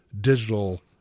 digital